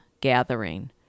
gathering